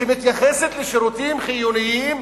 שמתייחסת לשירותים חיוניים